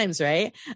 right